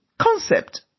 Concept